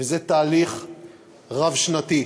וזה תהליך רב-שנתי.